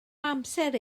amser